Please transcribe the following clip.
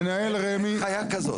אין חיה כזאת.